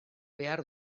behar